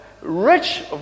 rich